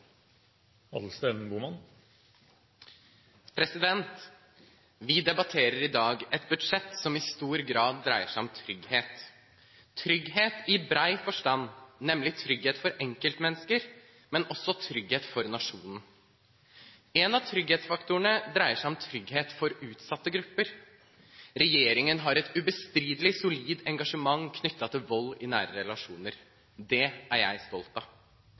Vi debatterer i dag et budsjett som i stor grad dreier seg om trygghet, trygghet i bred forstand, nemlig trygghet for enkeltmennesker, men også trygghet for nasjonen. En av trygghetsfaktorene dreier seg om trygghet for utsatte grupper. Regjeringen har et ubestridelig solid engasjement knyttet til vold i nære relasjoner. Det er jeg stolt av.